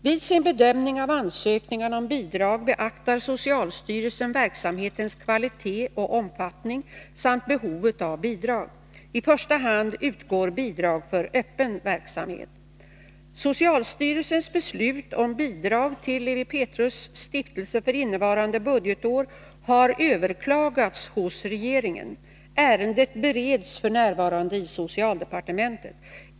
Vid sin bedömning av ansökningarna om bidrag beaktar socialstyrelsen verksamhetens kvalitet och omfattning samt behovet av bidrag. I första hand utgår bidrag för öppen verksamhet. Socialstyrelsens beslut om bidrag till Lewi Pethrus Stiftelse för innevarande budgetår har överklagats hos regeringen. Ärendet bereds f.n. i socialdepartementet.